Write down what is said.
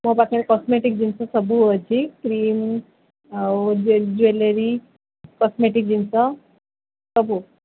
ମୋ ପାଖରେ କସ୍ମେଟିକ୍ ଜିନିଷ ସବୁ ଅଛି କ୍ରିମ୍ ଆଉ ଜୁଏଲେରୀ କସ୍ମେଟିକ୍ ଜିନିଷ ସବୁ